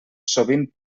sovint